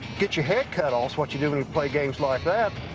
get your head cut off's what you do when you play games like.